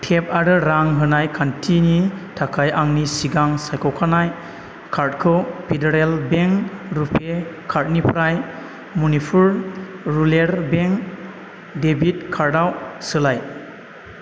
Cape आरो रां होनाय खान्थिनि थाखाय आंनि सिगां सायख' खानाय कार्डखौ फेडारेल बेंक रुपे कार्डनिफ्राय मणिपुर रुरेल बेंक डेबिट कार्डआव सोलाय